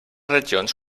regions